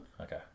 Okay